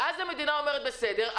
ואז המדינה אומרת: בסדר,